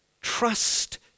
trust